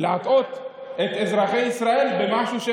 להטעות את אזרחי ישראל במשהו.